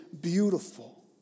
beautiful